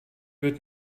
wird